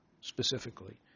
specifically